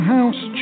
House